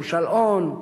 כמו "שלאון",